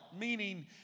Meaning